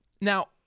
Now